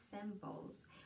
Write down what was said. symbols